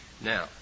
Now